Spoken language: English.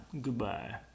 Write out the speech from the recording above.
Goodbye